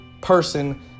person